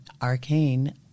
Arcane